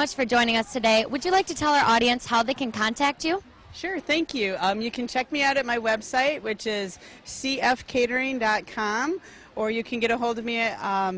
much for joining us today would you like to tell our audience how they can contact you sure thank you you can check me out at my website which is c f catering dot com or you can get ahold of me